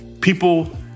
people